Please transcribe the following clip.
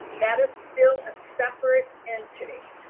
that is still a separate entity,